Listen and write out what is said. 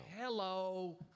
Hello